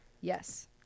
Yes